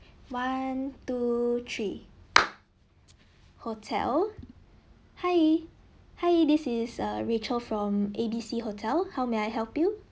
one two three hotel hi hi this is err rachel from ABC hotel how may I help you